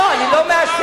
לא, אני לא מאשר.